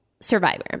survivor